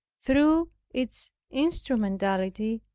through its instrumentality,